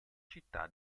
città